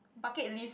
bucket list